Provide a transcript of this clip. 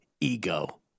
Ego